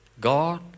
God